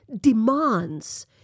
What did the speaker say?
demands